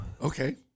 Okay